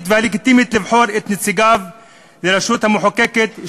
והלגיטימית לבחור את נציגיו לרשות המחוקקת,